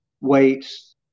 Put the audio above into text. weights